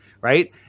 right